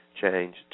change